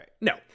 no